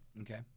Okay